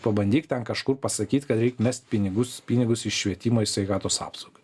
pabandyk ten kažkur pasakyt kad reik mest pinigus pinigus iš švietimo į sveikatos apsaugą